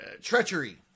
Treachery